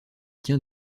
tient